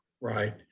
Right